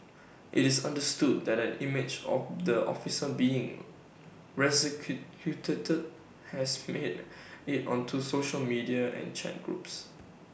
IT is understood that an image of the officer being resuscitated has made IT onto social media and chat groups